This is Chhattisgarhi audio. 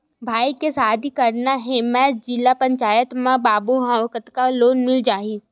भाई के शादी करना हे मैं जिला पंचायत मा बाबू हाव कतका लोन मिल जाही?